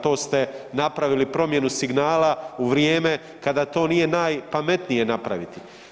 To ste napravili promjenu signala u vrijeme kada to nije najpametnije napraviti.